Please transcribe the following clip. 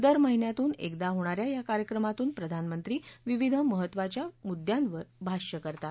दर महिन्यातून एकदा होणा या या कार्यक्रमातून प्रधानमंत्री विविध महत्वाच्या मुद्यावर भाष्य करतात